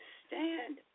stand